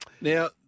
Now